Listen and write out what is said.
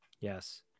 Yes